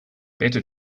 better